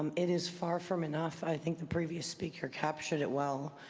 it is far from enough. i think the previous speaker captured it well.